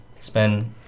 spend